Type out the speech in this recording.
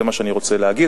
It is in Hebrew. זה מה שאני רוצה להגיד.